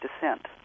dissent